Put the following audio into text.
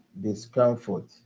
discomfort